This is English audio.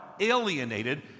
Alienated